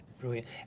brilliant